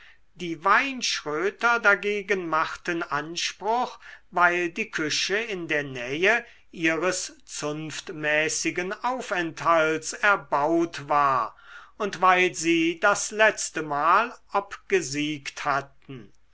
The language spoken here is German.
die weinschröter dagegen machten anspruch weil die küche in der nähe ihres zunftmäßigen aufenthalts erbaut war und weil sie das letztemal obgesiegt hatten